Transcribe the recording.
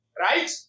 right